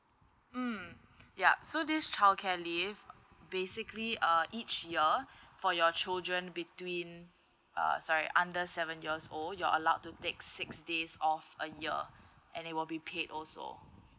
mm yup so this childcare leave basically uh each year for your children between uh sorry under seven years old you're allowed to take six days off a year and it will be paid also